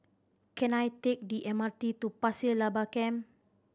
can I take the M R T to Pasir Laba Camp